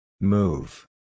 Move